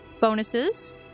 bonuses